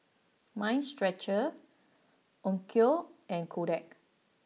Mind Stretcher Onkyo and Kodak